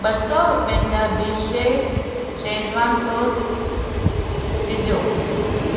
ॿ सौ रुपियनि जा बी शेफ शेजवान सॉस विझो